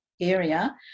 area